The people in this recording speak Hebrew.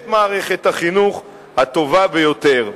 את מערכת החינוך הטובה ביותר.